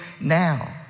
now